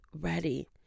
ready